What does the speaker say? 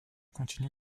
continue